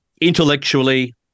intellectually